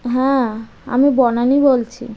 হ্যাঁ আমি বনানি বলছি